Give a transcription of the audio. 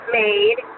made